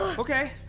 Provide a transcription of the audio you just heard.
okay